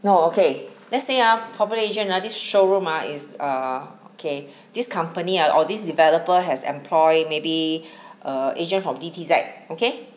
no okay let's say ah population ah this show room ah is err okay this company ah or this developer has employ maybe err agents from T_P_Z okay